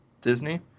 Disney